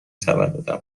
تولدم